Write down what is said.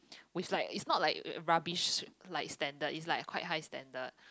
with like it's not like rubbish like standard it's like quite high standard